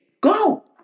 Go